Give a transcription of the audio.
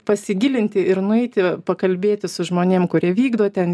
pasigilinti ir nueiti pakalbėti su žmonėm kurie vykdo ten